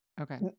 Okay